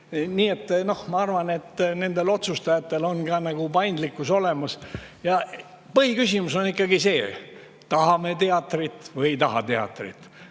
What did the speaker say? Nii et ma arvan, et nendel otsustajatel on paindlikkus olemas. Põhiküsimus on ikkagi see: kas me tahame teatrit või ei taha teatrit?